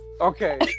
Okay